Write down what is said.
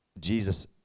Jesus